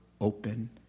open